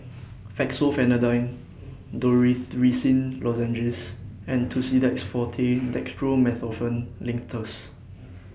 Fexofenadine Dorithricin Lozenges and Tussidex Forte Dextromethorphan Linctus